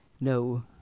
no